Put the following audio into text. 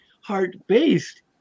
heart-based